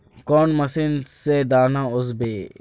कौन मशीन से दाना ओसबे?